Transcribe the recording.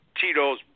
Tito's